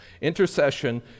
intercession